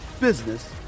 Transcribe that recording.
business